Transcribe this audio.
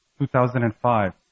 2005